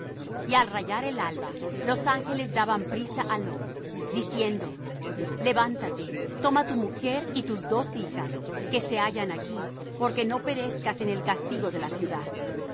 y al rayar el alba los ángeles daban prisa á lot diciendo levántate toma tu mujer y tus dos hijas que se hallan aquí porque no perezcas en el castigo de la ciudad